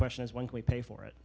question is when we pay for it